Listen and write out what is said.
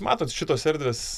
matot šitos erdvės